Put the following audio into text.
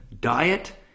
Diet